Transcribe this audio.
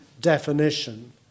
definition